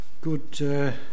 good